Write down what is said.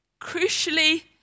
Crucially